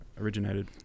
originated